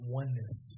oneness